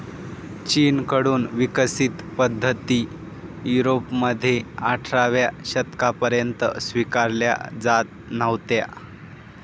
चीन कडून विकसित पद्धती युरोपमध्ये अठराव्या शतकापर्यंत स्वीकारल्या जात नव्हत्या